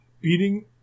beating